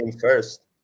First